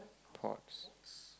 pots